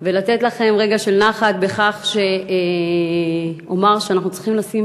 ולתת להם רגע נחת בכך שאומר שאנחנו צריכים לשים